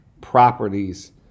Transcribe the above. properties